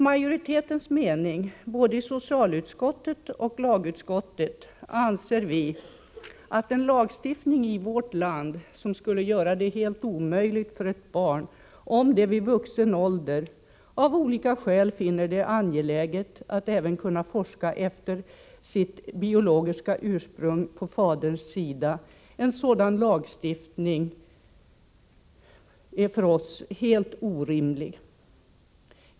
Majoriteten i både socialutskottet och lagutskottet anser att det är helt orimligt med en lagstiftning i vårt land som skulle göra det omöjligt för ett barn som kommit till vuxen ålder att forska efter sitt biologiska ursprung på faderns sida — om vederbörande av olika skäl finner det angeläget.